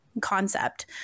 concept